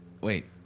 wait